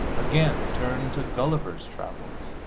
again, turn to gulliver's travels.